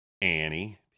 Annie